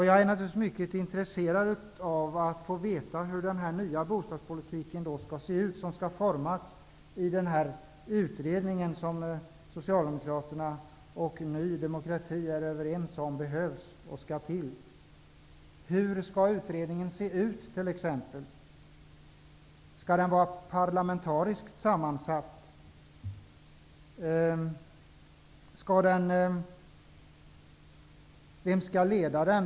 Jag är naturligtvis mycket intresserad av att få veta hur den här nya bostadspolitiken skall se ut som skall formas i den utredning som Socialdemokraterna och Ny demokrati är överens om behövs och skall tillsättas. Hur skall utredningen se ut? Skall den vara parlamentariskt sammansatt? Vem skall leda den?